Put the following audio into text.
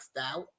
out